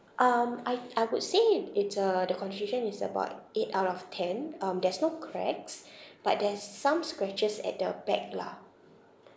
um I I would say it's it's uh the condition is about eight out of ten um there's no cracks but there's some scratches at the back lah